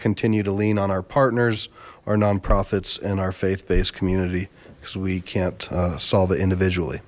continue to lean on our partners our nonprofits and our faith based community because we can't solve it individually